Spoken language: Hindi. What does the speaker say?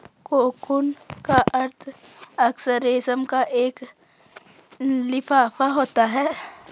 कोकून का अर्थ अक्सर रेशम का एक लिफाफा होता है